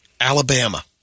Alabama